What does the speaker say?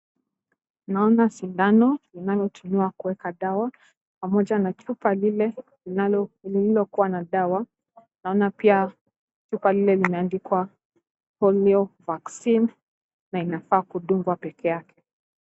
Naona sindano inayotumiwa kueka dawa pamoja na chupa lile lililokuwa na dawa, naona pia chupa lile limeandikwa polio vaccine , na inafaa kudungwa pekee yake.